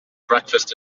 breakfast